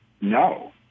no